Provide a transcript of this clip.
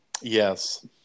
Yes